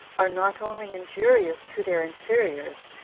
are not only injurious to their inferiors,